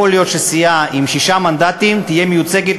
להיות שסיעה עם שישה מנדטים תהיה מיוצגת,